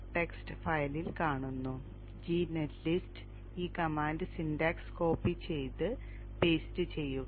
txt ഫയലിൽ കാണുന്നു g netlist ഈ കമാൻഡ് സിന്റാക്സ് കോപ്പി ചെയ്ത് പേസ്റ്റ് ചെയ്യുക